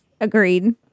agreed